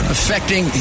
Affecting